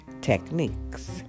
techniques